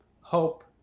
hope